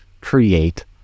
create